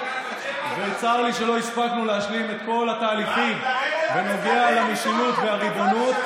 וצר לי שלא הספקנו להשלים את כל התהליכים בנוגע למשילות והריבונות.